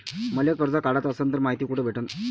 मले कर्ज काढाच असनं तर मायती कुठ भेटनं?